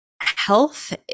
health